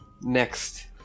Next